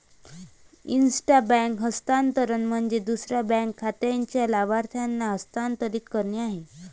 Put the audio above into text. intra bank हस्तांतरण म्हणजे दुसऱ्या बँक खात्याच्या लाभार्थ्याला हस्तांतरित करणे आहे